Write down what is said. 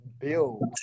build